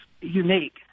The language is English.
unique